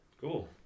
Cool